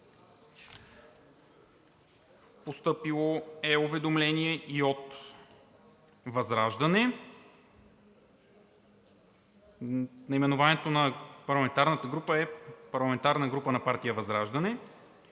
Постъпило е уведомление и от ВЪЗРАЖДАНЕ. Наименованието на парламентарната група е парламентарна група на партия ВЪЗРАЖДАНЕ.